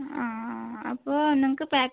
ആ അപ്പോൾ നമുക്ക് പായ്ക്